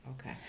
okay